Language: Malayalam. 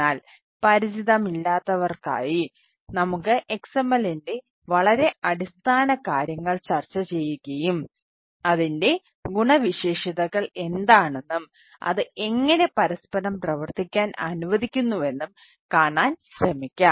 എന്നാൽ പരിചിതമല്ലാത്തവർക്കായി നമുക്ക് XMLന്റെ വളരെ അടിസ്ഥാനകാര്യങ്ങൾ ചർച്ചചെയ്യുകയും അതിന്റെ ഗുണവിശേഷതകൾ എന്താണെന്നും അത് എങ്ങനെ പരസ്പരം പ്രവർത്തിക്കാൻ അനുവദിക്കുന്നുവെന്നും കാണാൻ ശ്രമിക്കാം